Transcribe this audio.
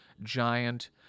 giant